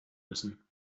müssen